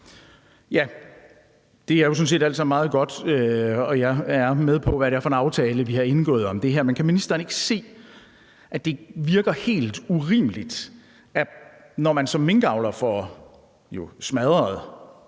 Ja, det er jo sådan set alt sammen meget godt, og jeg er med på, hvad det er for en aftale, vi har indgået om det her. Men kan ministeren ikke se, at det virker helt urimeligt, at man skal vente